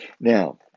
Now